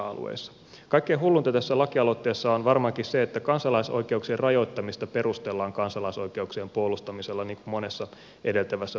kaikkein hulluinta tässä lakialoitteessa on varmaankin se että kansalaisoikeuksien rajoittamista perustellaan kansalaisoikeuksien puolustamisella niin kuin monessa edeltävässä puheenvuorossakin on tehty